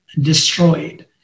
destroyed